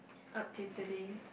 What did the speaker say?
up till today